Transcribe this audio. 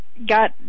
Got